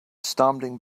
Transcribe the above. stumbling